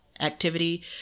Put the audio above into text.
activity